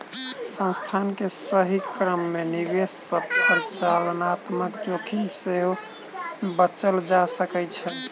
संस्थान के सही क्रम में निवेश सॅ परिचालनात्मक जोखिम से बचल जा सकै छै